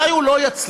אולי הוא לא יצליח.